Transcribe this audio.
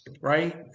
Right